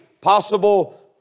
possible